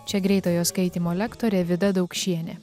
čia greitojo skaitymo lektorė vida daukšienė